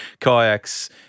kayaks